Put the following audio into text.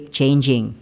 changing